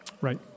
Right